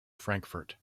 frankfurt